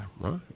Right